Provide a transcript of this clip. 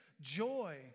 joy